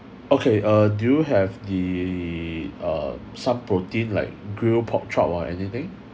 okay uh do you have the uh some protein like grilled pork chop or anything